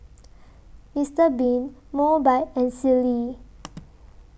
Mister Bean Mobike and Sealy